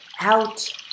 Out